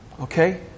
okay